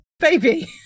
Baby